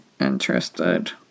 Interested